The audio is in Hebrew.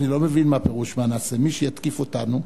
אני לא מבין מה פירוש "מה נעשה?"; מי שיתקיף אותנו,